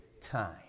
time